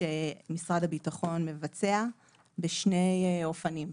שמשרד הביטחון מבצע בשני אופנים: